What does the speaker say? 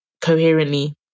coherently